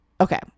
Okay